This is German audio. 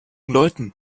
läuten